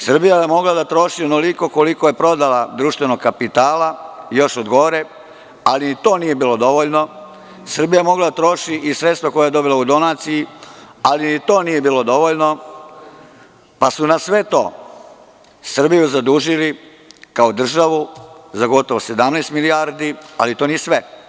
Srbija je mogla da troši onoliko koliko je prodala društvenog kapitala još od gore, ali ni to nije bilo dovoljno, Srbija je mogla da troši i sredstva koja je dobila u donaciji ali ni to nije bilo dovoljno, pa su na sve to Srbiju zadužili kao državu za gotovo 17 milijardi, ali to nije sve.